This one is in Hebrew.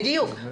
בדיוק.